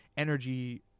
energy